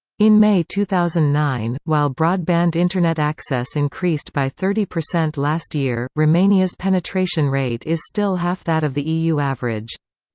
in may two thousand and nine, while broadband internet access increased by thirty percent last year, romania's penetration rate is still half that of the eu average.